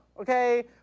okay